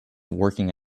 working